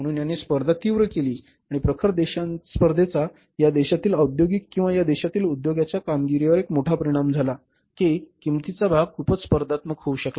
म्हणून याने स्पर्धा तीव्र केली आहे आणि प्रखर स्पर्धेचा या देशातील औद्योगिक किंवा या देशातील उद्योगाच्या कामगिरीवर एक मोठा परिणाम झाला आहे की किंमतीचा भाग खूपच स्पर्धात्मक होऊ शकला